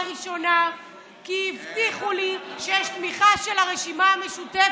ראשונה היא שהבטיחו לי שיש תמיכה של הרשימה המשותפת.